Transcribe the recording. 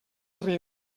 riu